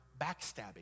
backstabbing